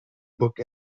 book